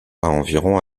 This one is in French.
environ